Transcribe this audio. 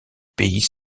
pays